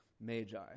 magi